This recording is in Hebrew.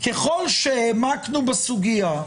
ככל שהעמקנו בסוגיה,